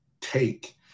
take